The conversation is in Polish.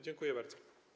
Dziękuję bardzo.